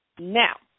Now